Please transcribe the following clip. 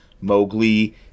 Mowgli